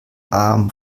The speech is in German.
arm